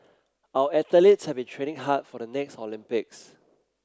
our athletes have been training hard for the next Olympics